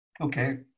Okay